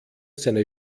seine